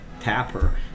tapper